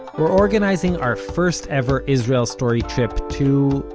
we're organizing our first-ever israel story trip to,